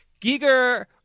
Giger